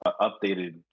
updated